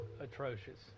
atrocious